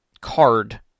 card